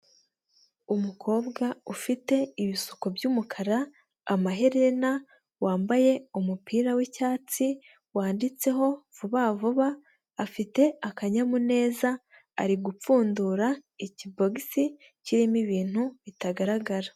Umukobwa ufite ibisuko by'umukara, amaherena, wambaye umupira w'icyatsi wanditseho vuba vuba, afite akanyamuneza ari gupfundura ikibogisi kirimo ibintu bitagaragara.